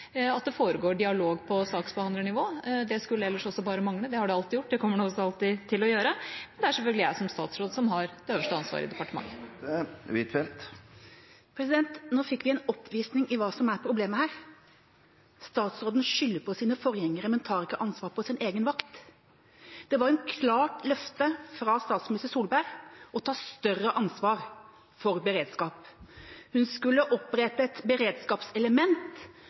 at det foregår dialog på saksbehandlernivå. Det skulle ellers også bare mangle! Det har det alltid gjort, og det kommer det også alltid til å gjøre. Det er selvfølgelig jeg som statsråd som har det øverste ansvaret i departementet. Nå fikk vi en oppvisning i hva som er problemet her. Statsråden skylder på sine forgjengere, men tar ikke ansvar på sin egen vakt. Det var et klart løfte fra statsminister Solberg om å ta større ansvar for beredskap. Hun skulle opprette et beredskapselement